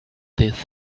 this